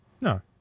No